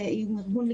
או כל ארגון אחר,